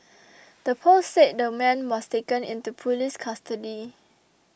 the post said the man was taken into police custody